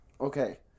Okay